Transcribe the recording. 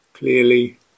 Clearly